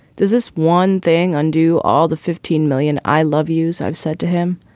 does this one thing undo all the fifteen million? i love you's. i've said to him.